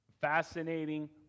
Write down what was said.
Fascinating